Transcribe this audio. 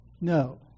No